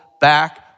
back